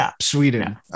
Sweden